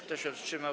Kto się wstrzymał?